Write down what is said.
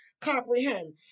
comprehend